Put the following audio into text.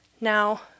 Now